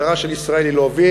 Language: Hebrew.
המטרה של ישראל היא להוביל,